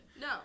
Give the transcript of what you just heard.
No